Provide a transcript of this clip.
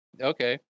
Okay